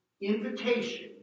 invitation